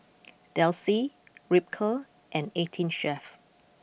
Delsey Ripcurl and Eighteen Chef